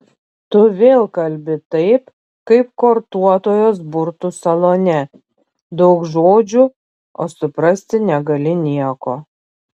tu vėl kalbi taip kaip kortuotojos burtų salone daug žodžių o suprasti negali nieko